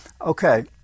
Okay